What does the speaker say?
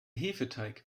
hefeteig